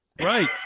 Right